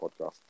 podcast